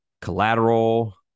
Collateral